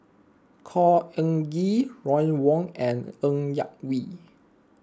Khor Ean Ghee Ron Wong and Ng Yak Whee